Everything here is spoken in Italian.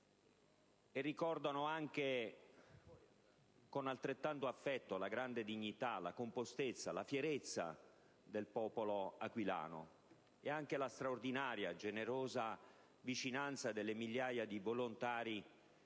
e ricordano anche con altrettanto affetto la grande dignità, compostezza e fierezza del popolo aquilano, e anche la straordinaria, generosa vicinanza delle migliaia di volontari